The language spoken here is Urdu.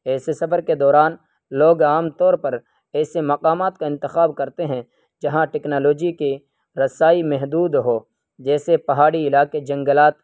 ایسے سفر کے دوران لوگ عام طور پر ایسے مقامات کا انتخاب کرتے ہیں جہاں ٹکنالوجی کی رسائی محدود ہو جیسے پہاڑی علاقے جنگلات